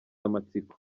amatsiko